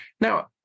Now